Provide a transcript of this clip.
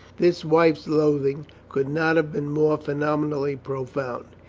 this wife's loathing could not have been more phenomenally profound.